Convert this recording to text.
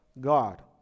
God